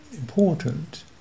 important